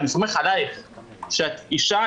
צריך את הקו הזה,